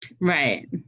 Right